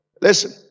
listen